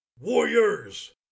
warriors